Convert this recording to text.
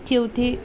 উঠি উঠি